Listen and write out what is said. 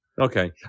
Okay